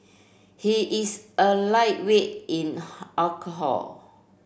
he is a lightweight in alcohol